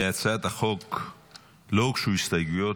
להצעת החוק לא הוגשו הסתייגויות,